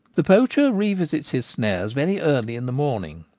the poacher revisits his snares very early in the morning,